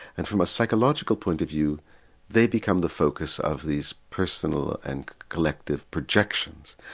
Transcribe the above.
and from a psychological point of view they become the focus of these personal and collective projections.